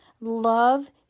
Love